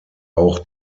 auch